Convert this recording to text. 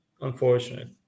unfortunate